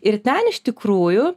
ir ten iš tikrųjų